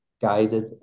guided